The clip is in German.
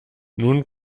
nun